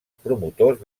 promotors